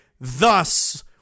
thus